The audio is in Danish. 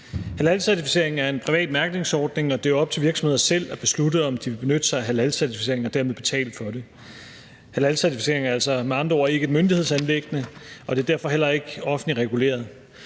Halalcertificering er en privat mærkningsordning, og det er op til virksomheder selv at beslutte, om de vil benytte sig af halalcertificering og dermed betale for det. Halalcertificering er med andre ord ikke et myndighedsanliggende, og det er derfor heller ikke offentligt reguleret.